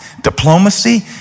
diplomacy